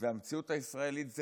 אבל המציאות הישראלית היא